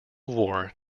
war